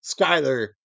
Skyler